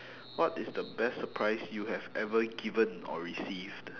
what is the best surprise you have ever given or received